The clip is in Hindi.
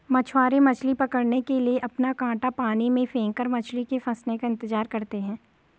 मछुआरे मछली पकड़ने के लिए अपना कांटा पानी में फेंककर मछली के फंसने का इंतजार करते है